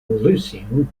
lucien